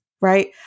right